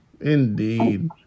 Indeed